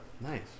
Nice